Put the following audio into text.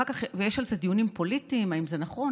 ויש על זה דיונים פוליטיים: האם זה נכון,